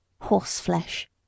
Horse-flesh